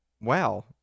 Wow